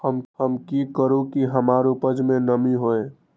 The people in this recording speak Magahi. हम की करू की हमार उपज में नमी होए?